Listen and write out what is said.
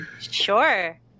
Sure